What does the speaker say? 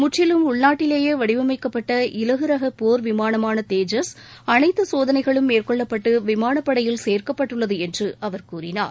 முற்றிலும் உள்நாட்டிலேயே வடிவமைக்கப்பட்ட இலகுரக போர் விமானமான தேஜஸ் அனைத்து சோதனைகளும் மேற்கொள்ளப்பட்டு விமானப் படையில் சேர்க்கப்பட்டுள்ளது என்று அவர் கூறினார்